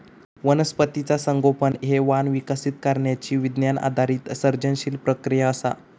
वनस्पतीचा संगोपन हे वाण विकसित करण्यची विज्ञान आधारित सर्जनशील प्रक्रिया असा